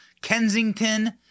Kensington